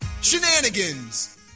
shenanigans